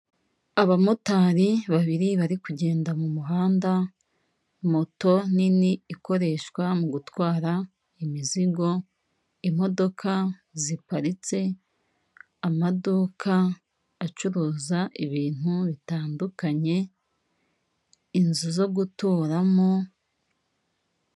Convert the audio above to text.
Abamotari babiri bari kugenda mu muhanda moto nini ikoreshwa mu gutwara imizigo, imodoka ziparitse, amaduka acuruza ibintu bitandukanye, inzu zo guturamo.